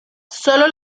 solo